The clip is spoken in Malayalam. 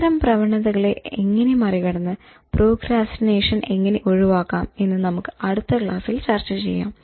ഇത്തരം പ്രവണതകളെ എങ്ങനെ മറികടന്ന് പ്രോക്രാസ്റ്റിനേഷൻ എങ്ങനെ ഒഴിവാക്കാം എന്ന് നമുക്ക് അടുത്ത ക്ലാസ്സിൽ ചർച്ച ചെയ്യാം